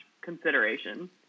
consideration